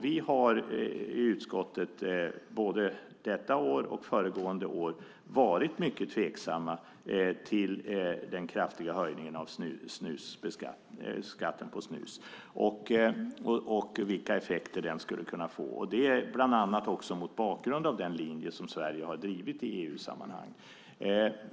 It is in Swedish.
Vi har i utskottet både detta år och föregående år varit mycket tveksamma till den kraftiga höjningen av skatten på snus och vilka effekter den skulle kunna få. Det är bland annat också mot bakgrund av den linje som Sverige har drivit i EU-sammanhang.